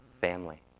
family